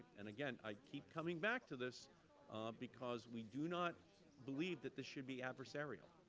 and, again, i keep coming back to this because we do not believe that this should be adversarial.